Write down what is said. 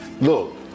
look